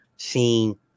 seen